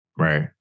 Right